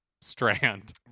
strand